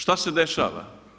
Šta se dešava?